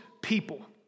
people